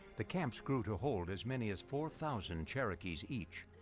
the camps grew to hold as many as four thousand cherokees each.